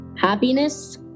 happiness